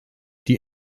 die